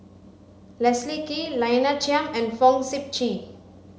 Leslie Kee Lina Chiam and Fong Sip Chee